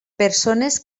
persones